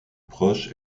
proche